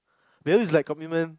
this like commitment